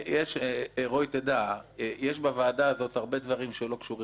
רועי, יש בוועדה הזאת הרבה דברים שלא קשורים אלינו